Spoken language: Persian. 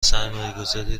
سرمایهگذاری